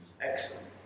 Excellent